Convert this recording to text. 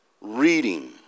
reading